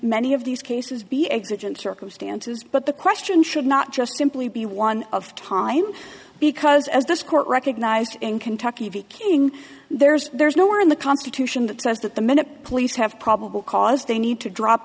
many of these cases be existent circumstances but the question should not just simply be one of time because as this court recognized in kentucky v king there's there's nowhere in the constitution that says that the minute police have probable cause they need to drop